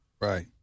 Right